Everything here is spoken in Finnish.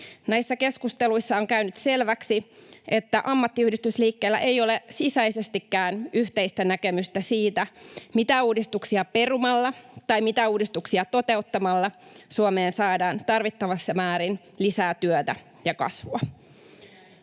Näissä keskusteluissa on käynyt selväksi, että ammattiyhdistysliikkeellä ei ole sisäisestikään yhteistä näkemystä siitä, mitä uudistuksia perumalla tai mitä uudistuksia toteuttamalla Suomeen saadaan tarvittavissa määrin lisää työtä ja kasvua.